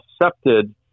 accepted